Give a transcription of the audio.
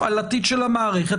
הפעלתית של המערכת,